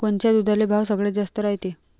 कोनच्या दुधाले भाव सगळ्यात जास्त रायते?